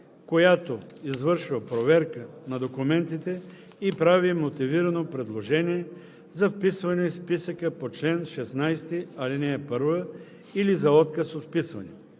която извършва проверка на документите и прави мотивирано предложение за вписване в списъка по чл. 16, ал. 1 или за отказ от вписване.